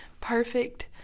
perfect